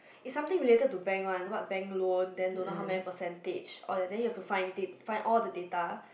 is something related to bank one about bank loan then don't know how many percentage or then you have to find date find all the data